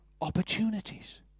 opportunities